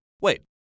wait